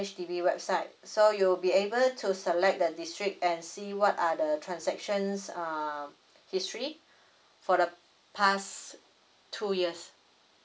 H_D_B website so you'll be able to select that district and see what are the transactions um history for the past two years